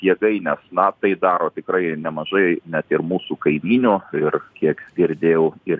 jėgaines na tai daro tikrai nemažai net ir mūsų kaimynių ir kiek girdėjau ir